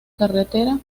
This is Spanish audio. carretera